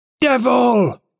Devil